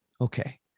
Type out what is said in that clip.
Okay